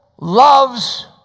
loves